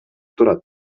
турат